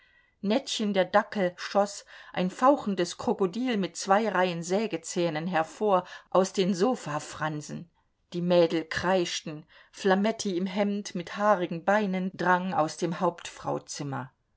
nettchen der dackel schoß ein fauchendes krokodil mit zwei reihen sägezähnen hervor aus den sofafransen die mädel kreischten flametti im hemd mit haarigen beinen drang aus dem